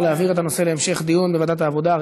להעביר את הנושא להמשך דיון בוועדת העבודה,